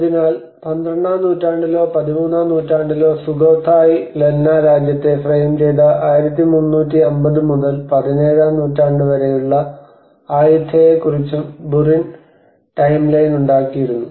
അതിനാൽ പന്ത്രണ്ടാം നൂറ്റാണ്ടിലോ പതിമൂന്നാം നൂറ്റാണ്ടിലോ സുഖോത്തായി ലന്നാ രാജ്യത്തെ ഫ്രെയിം ചെയ്ത 1350 മുതൽ പതിനേഴാം നൂറ്റാണ്ട് വരെയുള്ള ആയുത്തയയെക്കുറിച്ചും ബുറിൻ ടൈംലൈൻ ഉണ്ടാക്കിയിരുന്നു